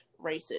racist